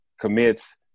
commits